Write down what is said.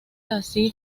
así